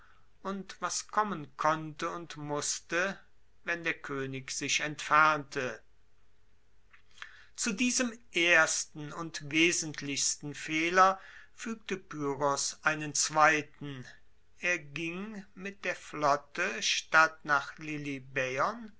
und was kommen konnte und musste wenn der koenig sich entfernte zu diesem ersten und wesentlichsten fehler fuegte pyrrhos einen zweiten er ging mit der flotte statt nach